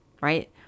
Right